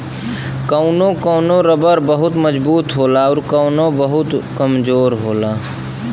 कौनो कौनो रबर बहुत मजबूत होला आउर कुछ बहुत कमजोर होला